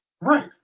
Right